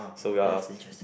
so we are just